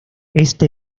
este